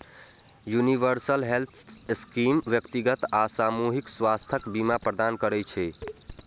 universal health scheme व्यक्तिगत आ सामूहिक स्वास्थ्य बीमा प्रदान करै छै